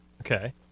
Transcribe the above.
Okay